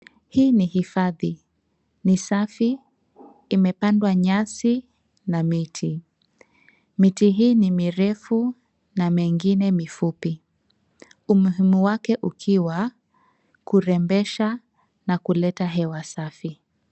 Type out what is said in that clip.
Hii ni hifadhi. Ni safi, imepandwa nyasi na miti. Miti hii ni mirefu na mengine mifupi, umuhimu wake ukiwa kurembesha na kuleta hewa safi.